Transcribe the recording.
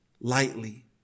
lightly